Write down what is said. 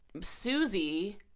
Susie